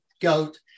goat